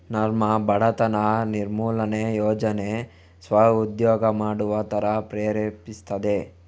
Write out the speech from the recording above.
ನರ್ಮ್ ಬಡತನ ನಿರ್ಮೂಲನೆ ಯೋಜನೆ ಸ್ವ ಉದ್ಯೋಗ ಮಾಡುವ ತರ ಪ್ರೇರೇಪಿಸ್ತದೆ